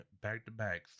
back-to-back